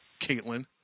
caitlin